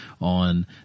on